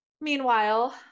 meanwhile